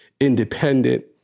independent